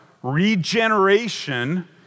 Regeneration